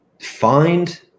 find